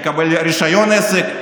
לקבל רישיון עסק,